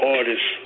Artists